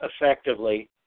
effectively